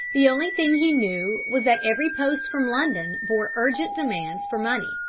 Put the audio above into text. the only thing he knew was that every post from london bore urgent demands for money,